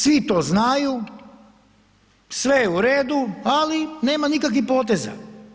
Svi to znaju, sve je uredu, ali nema nikakvih poteza.